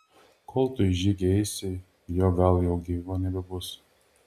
kol tu į žygį eisi jo gal jau gyvo nebebus